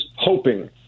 hoping